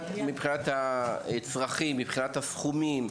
מבחינת הצרכים, הסכומים.